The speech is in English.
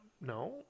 no